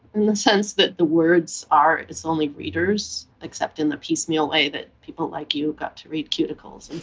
in the sense that the words are its only readers, except in the piecemeal way that people like you got to read cuticles